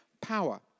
power